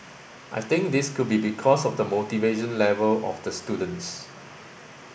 I think this could be because of the motivation level of the students